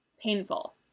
painful